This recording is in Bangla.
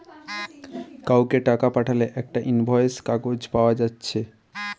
কাউকে টাকা পাঠালে একটা ইনভয়েস কাগজ পায়া যাচ্ছে